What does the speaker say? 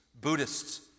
Buddhists